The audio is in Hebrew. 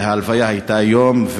ההלוויה הייתה היום,